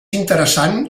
interessant